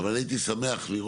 אבל אני הייתי שמח לראות